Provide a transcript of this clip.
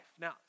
Now